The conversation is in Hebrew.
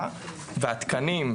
וסיכום 2021. המרכז להעצמת האזרח,